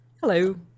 Hello